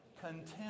Contempt